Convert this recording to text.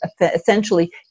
essentially